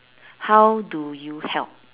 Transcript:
how do you help